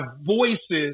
voices